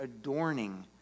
adorning